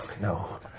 No